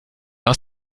aus